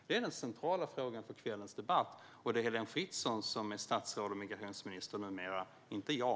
Det är den centrala frågan för kvällens debatt, och det är Heléne Fritzon som är statsråd och migrationsminister numera, inte jag.